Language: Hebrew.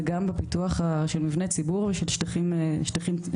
וגם בפיתוח של מבני ציבור יש עוד שטחים ציבוריים.